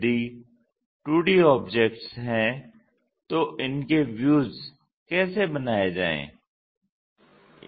यदि 2D objects हैं तो इनके व्यूज कैसे बनाये जाएँ